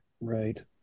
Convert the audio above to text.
right